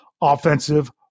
offensive